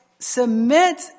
Submit